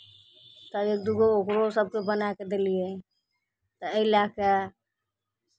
तब एक दू गो ओकरो सभकेँ बनाए कऽ देलियै तऽ एहि लए कऽ